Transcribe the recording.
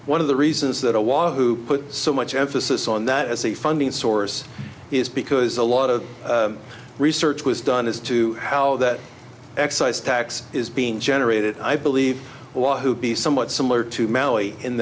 one of the reasons that i was who put so much emphasis on that as a funding source is because a lot of research was done as to how that excise tax is being generated i believe wahoo be somewhat similar to maui in